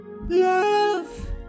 Love